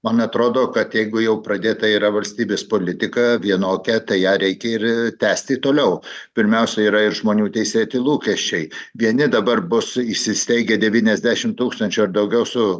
man atrodo kad jeigu jau pradėta yra valstybės politika vienokia tai ją reikia ir tęsti toliau pirmiausia yra ir žmonių teisėti lūkesčiai vieni dabar bus įsisteigę devyniasdešimt tūkstančių ar daugiau su